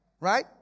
Right